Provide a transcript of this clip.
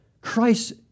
Christ